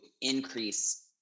increase